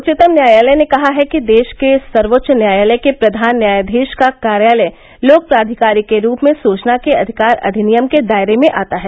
उच्चतम न्यायालय ने कहा है कि देश के सर्वोच्च न्यायालय के प्रधान न्यायाधीश का कार्यालय लोक प्राधिकारी के रूप में सूचना के अधिकार अधिनियम के दायरे में आता है